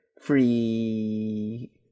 free